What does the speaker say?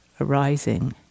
arising